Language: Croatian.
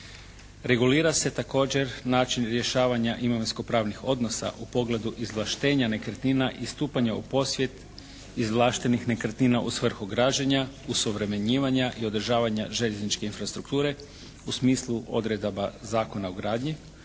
Regulira se također način rješavanja imovinskopravnih odnosa u pogledu izvlaštenja nekretnina i stupanja u posjed izvlaštenih nekretnina u svrhu građenja, osuvremenjivanja i održavanja željezničke infrastrukture u smislu odredaba Zakona o gradnji,